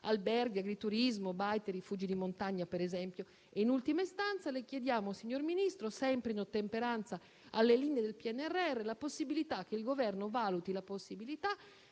alberghi, agriturismi, baite e rifugi di montagna. In ultima istanza, signor Ministro, sempre in ottemperanza alle linee del PNRR, le chiediamo che il Governo valuti la possibilità